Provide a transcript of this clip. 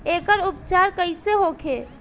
एकर उपचार कईसे होखे?